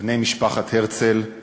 בני משפחת הרצל;